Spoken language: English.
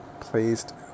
placed